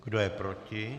Kdo je proti?